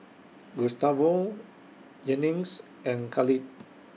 Gustavo Jennings and Khalid